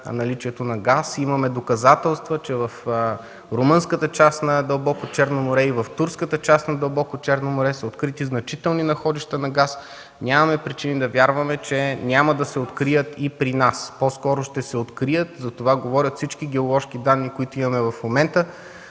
за наличието на газ. Имаме доказателства, че в Румънската част на дълбоко Черно море и в Турската част на дълбоко Черно море са открити значителни находища на газ. Нямаме причини да вярваме, че няма да се открият и при нас. По-скоро ще се открият. Затова говорят всички геоложки данни, които имаме в момента.